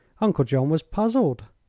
uncle john was puzzled.